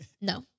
No